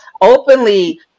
openly